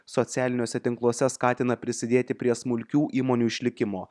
socialiniuose tinkluose skatina prisidėti prie smulkių įmonių išlikimo